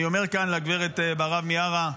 אני אומר כאן לגברת בהרב מיארה: